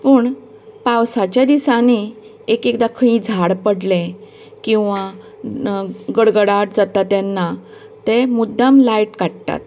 पूण पावसाच्या दिसांनी एक एकदां खंय झाड पडलें किंवां गडगडाट जाता तेन्ना ते मुद्दाम लायट काडटात